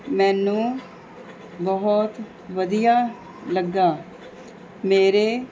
ਮੈਨੂੰ ਬਹੁਤ ਵਧੀਆ ਲੱਗਾ ਮੇਰੇ